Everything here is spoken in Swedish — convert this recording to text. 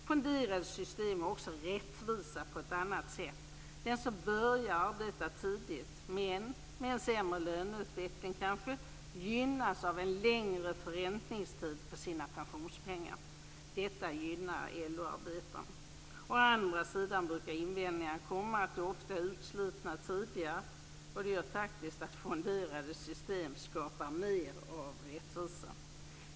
Fonderade system är också rättvisa på ett annat sätt: Den som börjar arbetar tidigt men med en sämre löneutveckling gynnas av en längre förräntningstid på sina pensionspengar. Detta gynnar LO-arbetarna. Å andra sidan brukar invändningar komma att de oftare är utslitna tidigare. Och det gör faktiskt att fonderade system skapar mer av rättvisa.